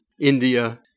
India